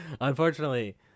Unfortunately